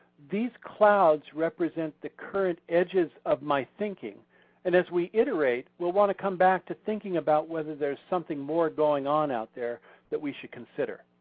these clouds represent the current edges of my thinking and as we iterate, we'll want to come back to thinking about whether there's something more going on out there that we should consider.